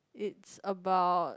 it's about